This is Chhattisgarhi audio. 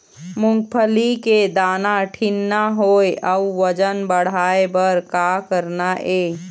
मूंगफली के दाना ठीन्ना होय अउ वजन बढ़ाय बर का करना ये?